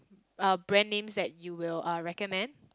uh brand names that you will uh recommend